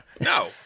no